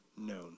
known